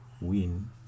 win